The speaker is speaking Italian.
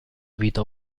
vita